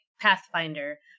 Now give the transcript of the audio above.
Pathfinder